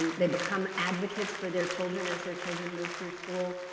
they become advocates for their children as their children move through school.